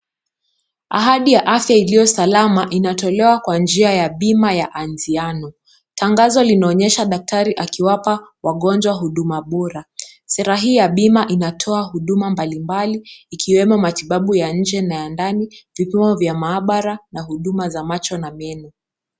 Ahadi ya afya iliyo salama inatolewa kwa njia ya bima ya Anziano. Tangazo linaonyesha daktari akiwapa wagonjwa huduma bora. Sera hii ya bima inatoa huduma mbalimbali ikiwemo matibabu ya nje na ya ndani, vipimo vya maabara na huduma za macho na meno.